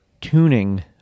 tuning